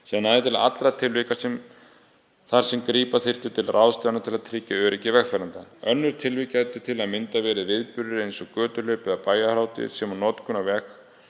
sem næði til allra tilvika þar sem grípa þyrfti til ráðstafana til að tryggja öryggi vegfarenda. Önnur tilvik gætu til að mynda verið viðburðir eins og götuhlaup eða bæjarhátíðir sem og notkun á